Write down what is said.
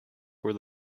where